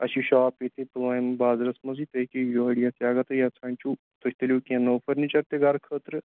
اَسہِ چھِ شاپ ییٚتی پُلوامہِ بازرَس منٛزٕے تُہۍ ہیٚکِو یور یِتھ یا اگر تُہۍ یژھان چھُو تُہۍ تُلِو کیٚنہہ نوٚو فٔرنِچَر تہِ گَرٕ خٲطرٕ